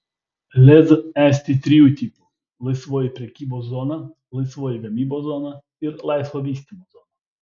lez esti trijų tipų laisvoji prekybos zona laisvoji gamybos zona ir laisvo vystymo zona